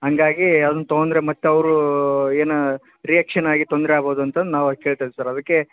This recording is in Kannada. ಹಂಗಾಗಿ ಅದುನ್ನ ತಗೊಂಡ್ರೆ ಮತ್ತೆ ಅವ್ರು ಏನು ರಿಯಾಕ್ಷನ್ ಆಗಿ ತೊಂದರೆ ಆಗ್ಬೋದು ಅಂತಂದು ನಾವು ಕೇಳ್ತ ಇದ್ವು ಸರ್ ಅದಕ್ಕೆ